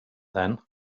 then